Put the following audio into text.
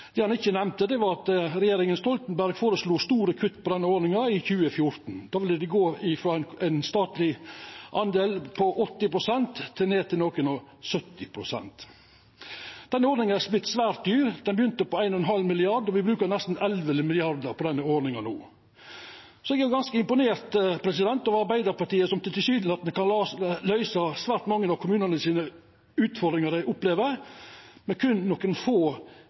Det han ikkje nemnde, var at regjeringa Stoltenberg føreslo store kutt i den ordninga i 2014. Då ville dei gå frå ein statleg del på 80 pst. og ned til nokon og sytti prosent. Den ordninga er vorten svært dyr. Ho begynte på 1,5 mrd. kr, og me brukar nesten 11 mrd. kr på den ordninga no. Så eg er ganske imponert over Arbeidarpartiet, som tilsynelatande kan løysa svært mange av utfordringane kommunane opplever, med berre nokre få hundre millionar kronar ut over den veksten som regjeringa legg opp til i sitt budsjett. Dei